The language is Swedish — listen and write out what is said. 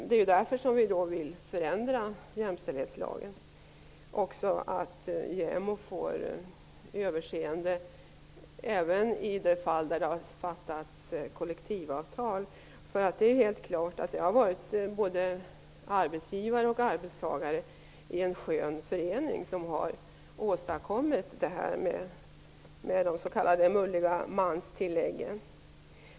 Det är därför som vi vill förändra jämställdhetslagen och att JämO skall få överinseende även då det har träffats kollektivavtal. Det är helt klart att både arbetsgivare och arbetstagare i en skön förening har åstadkommit detta med de s.k. mulliga manstilläggen.